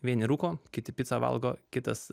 vieni rūko kiti picą valgo kitas